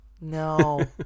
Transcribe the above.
no